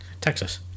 Texas